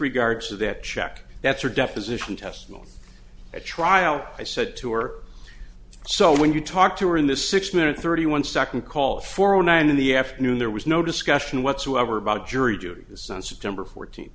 regard to that check that's her deposition testimony at trial i said to her so when you talk to her in the six minute thirty one second call for zero nine in the afternoon there was no discussion whatsoever about jury duty sense of number fourteen